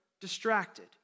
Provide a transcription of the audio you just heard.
distracted